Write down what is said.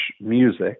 music